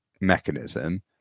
mechanism